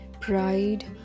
pride